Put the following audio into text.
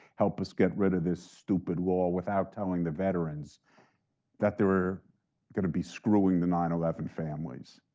help us get rid of this stupid law, without telling the veterans that they were going to be screwing the nine eleven families.